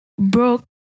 broke